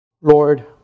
Lord